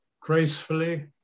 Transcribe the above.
gracefully